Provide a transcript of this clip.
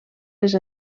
les